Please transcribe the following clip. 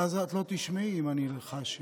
בועז טופורובסקי (יש עתיד): אבל את לא תשמעי אם אני אלחש יותר.